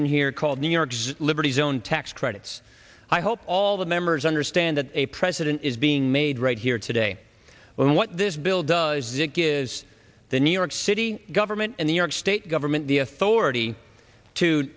in here called new york's liberty zone tax credits i hope all the members understand that a president is being made right here today when what this bill does is it gives the new york city government and the york state government the authority to